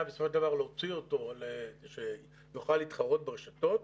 בסופו של דבר להוציא אותו כדי שיוכל להתחרות ברשתות.